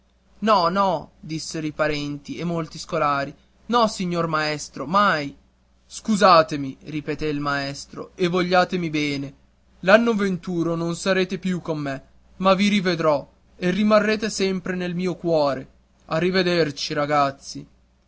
no no dissero i parenti e molti scolari no signor maestro mai scusatemi ripeté il maestro e vogliatemi bene l'anno venturo non sarete più con me ma vi rivedrò e rimarrete sempre nel mio cuore a rivederci ragazzi